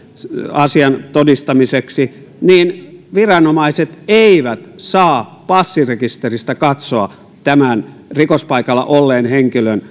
asian todistamiseksi niin viranomaiset eivät saa passirekisteristä katsoa tämän rikospaikalla olleen henkilön